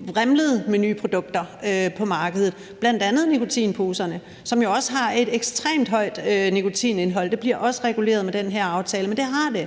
vrimlede med nye produkter på markedet, bl.a. nikotinposerne, som jo også har et ekstremt højt nikotinindhold. Det bliver også reguleret med den her aftale, men det har de.